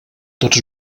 tots